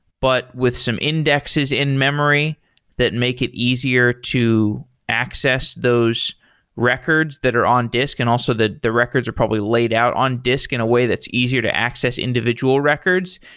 but with some indexes in-memory that make it easier to access those records that are on disk and also the the records are probably laid out on disk in a way that's easier to access individual records.